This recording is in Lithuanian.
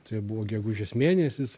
tai buvo gegužės mėnesis